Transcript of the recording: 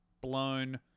blown